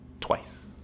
twice